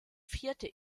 vierte